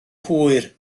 hwyr